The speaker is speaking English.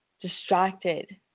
distracted